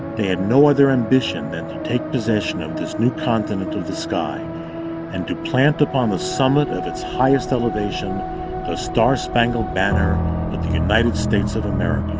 they had no other ambition than take possession of this new continent of the sky and to plant upon the summit of its highest elevation the star spangled banner of the united states of america